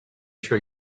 show